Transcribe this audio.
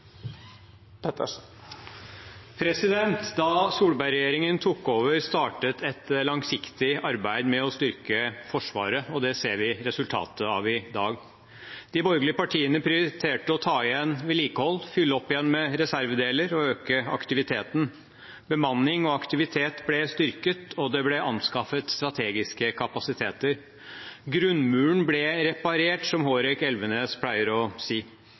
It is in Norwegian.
Da Solberg-regjeringen tok over, startet et langsiktig arbeid med å styrke Forsvaret, og det ser vi resultatet av i dag. De borgerlige partiene prioriterte å ta igjen vedlikehold, fylle opp igjen med reservedeler og øke aktiviteten. Bemanning og aktivitet ble styrket, og det ble anskaffet strategiske kapasiteter. Grunnmuren ble reparert, som Hårek Elvenes pleier å si.